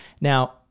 Now